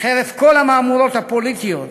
חרף כל המהמורות הפוליטיות,